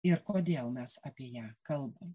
ir kodėl mes apie ją kalbam